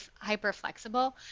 hyper-flexible